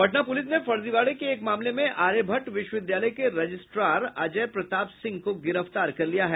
Patna police ने फर्जीवाड़े के एक मामले में आर्यभट्ट विश्वविद्यालय के रजिस्ट्रार अजय प्रताप सिंह को गिरफ्तार किया है